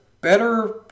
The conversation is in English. better